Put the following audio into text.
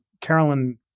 Carolyn